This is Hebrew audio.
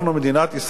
מדינת ישראל,